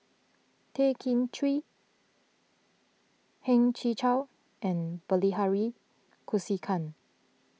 Tay Kay Chin Heng Chee Chow and Bilahari Kausikan